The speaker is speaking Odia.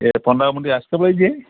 ଏ ଆସ ଥିଲ କି